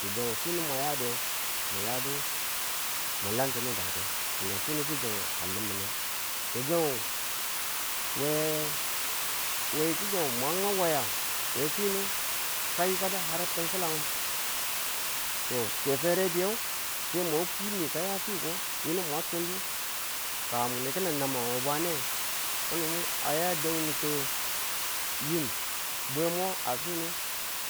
gi̱gang fi mwa yade, mu yadu mu lan tini datu nang finu gi̱gang a li̱mine. gi̱gang we gi̱gang mwa nga waya we finu a tim fi̱lang to ke ferediyang sai mwa ku ni ka ya fiko ka mun ki̱nin naman we bwane a ya a danmuntin yin bwe mo a fwinu